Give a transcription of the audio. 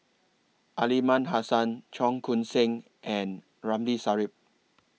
Aliman Hassan Cheong Koon Seng and Ramli Sarip